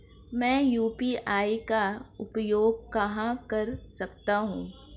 मैं यू.पी.आई का उपयोग कहां कर सकता हूं?